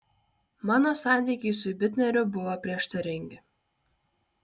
mano santykiai su bitneriu buvo prieštaringi